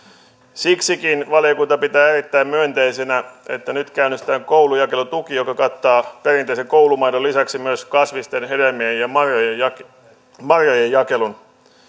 siksikin valiokunta pitää erittäin myönteisenä että nyt käynnistetään koulujakelutuki joka kattaa perinteisen koulumaidon lisäksi myös kasvisten hedelmien ja marjojen ja marjojen jakelun